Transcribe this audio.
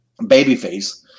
babyface